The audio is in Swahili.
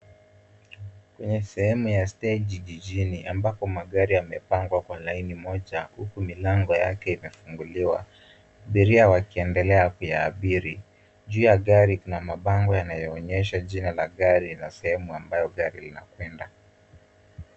Kwenye sehemu ya stage jijini ambapo magari yamepangwa kwa laini moja huku milango yake imefunguliwa, abira wakiendelea kuyaabiri. Juu ya gari kuna mabango yanayoonyesha jina la gari na sehemu ambayo gari linakwenda.